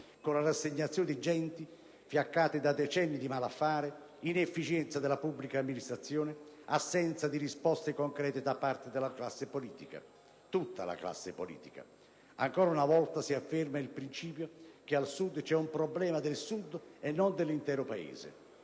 con la rassegnazione di genti fiaccate da decenni di malaffare, inefficienza della pubblica amministrazione, assenza di risposte concrete da parte della classe politica. Tutta la classe politica. Ancora una volta si afferma il principio che al Sud c'è un problema del Sud e non dell'intero Paese.